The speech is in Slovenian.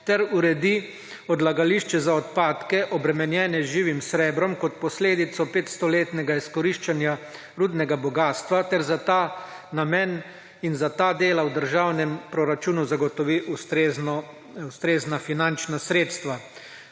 ter uredi odlagališče za odpadke, obremenjene z živim srebrom, kot posledico 500-letnega izkoriščanja rudnega bogastva, ter za ta namen in za ta dela v državnem proračunu zagotovi ustrezna finančna sredstva.